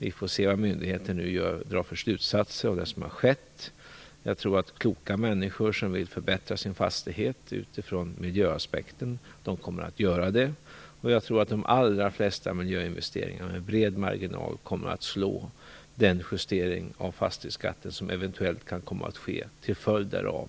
Vi får se vad myndigheten nu drar för slutsatser av det som har skett. Jag tror att kloka människor som vill förbättra sin fastighet från miljösynpunkt kommer att göra det. Jag tror också att de allra flesta miljöinvesteringarna med bred marginal kommer att slå den justering av fastighetsskatten som eventuellt kan komma att ske till följd av